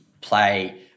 play